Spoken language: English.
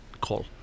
call